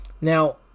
Now